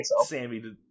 sammy